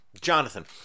Jonathan